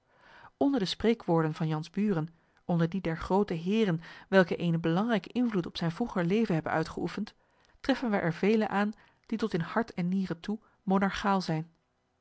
onder de spreekwoorden van jan's buren onder die der groote heeren welke eenen belangrijken invloed op zijn vroeger leven hebben uitgeoefend treffen wij er vele aan die tot in hart en nieren toe monarchaal zijn